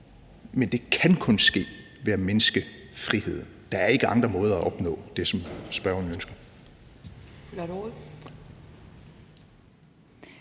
Men det kan kun ske ved at mindske friheden. Der er ikke andre måder at opnå det på, som spørgeren ønsker.